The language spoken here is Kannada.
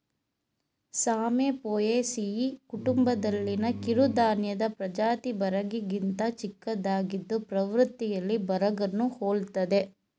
ಸಾಮೆ ಪೋಯೇಸಿಯಿ ಕುಟುಂಬದಲ್ಲಿನ ಕಿರುಧಾನ್ಯದ ಪ್ರಜಾತಿ ಬರಗಿಗಿಂತ ಚಿಕ್ಕದಾಗಿದ್ದು ಪ್ರವೃತ್ತಿಯಲ್ಲಿ ಬರಗನ್ನು ಹೋಲ್ತದೆ